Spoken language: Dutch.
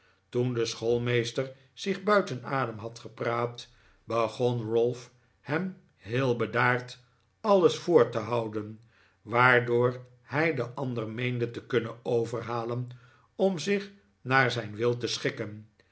toen de schoolmeester zich buiten adem had gepraat begon ralph hem heel bedaard alles voor te houden waardoor hij den ander meende te kunnen overhalen om zich naar zijn wil te schikken